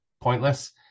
pointless